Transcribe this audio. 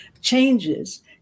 changes